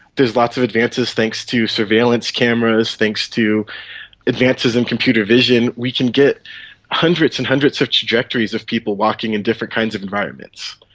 there is lots of advances thanks to surveillance cameras, thanks to advances in computer vision we can get hundreds and hundreds of trajectories of people walking in different kinds of environments.